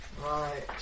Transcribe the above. Right